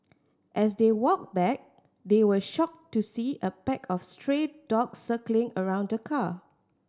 as they walked back they were shocked to see a pack of stray dogs circling around the car